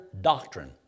doctrine